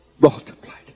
multiplied